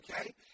Okay